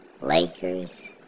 Lakers